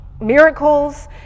miracles